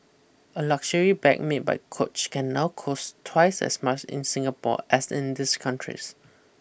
a luxury bag made by Coach can now cost twice as much in Singapore as in these countries